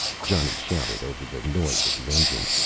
johnny shouted over the noise of the engine.